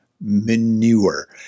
manure